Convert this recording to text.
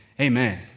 amen